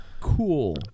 cool